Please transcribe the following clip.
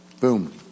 boom